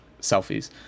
selfies